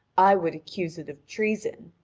i would accuse it of treason.